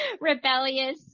rebellious